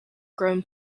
grown